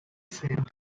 sent